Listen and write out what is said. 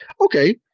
Okay